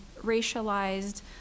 racialized